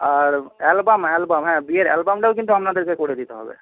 আর album album হ্যাঁ বিয়ের অ্যালবামটাও কিন্তু আপনাদেরকে করে দিতে হবে